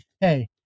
hey